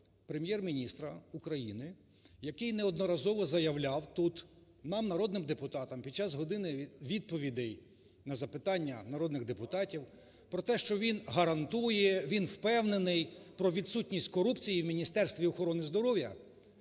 Прем'єр-міністра України, який неодноразово заявляв тут нам, народним депутатам, під час години відповідей на запитання народних депутатів про те, що він гарантує, він впевнений, про відсутність корупції в Міністерстві охорони здоров'я,